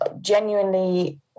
genuinely